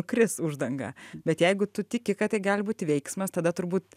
kris uždanga bet jeigu tu tiki kad tai gali būti veiksmas tada turbūt